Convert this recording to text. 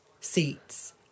seats